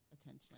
attention